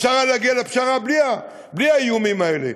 אפשר היה להגיע לפשרה בלי האיומים האלה,